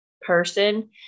person